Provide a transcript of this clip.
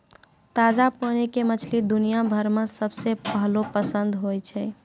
ताजा पानी के मछली दुनिया भर मॅ सबके पहलो पसंद होय छै